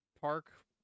park